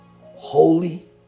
holy